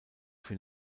für